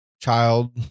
child